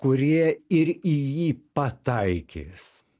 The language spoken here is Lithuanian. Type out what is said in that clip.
kurie ir į jį pataikys